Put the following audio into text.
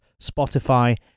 Spotify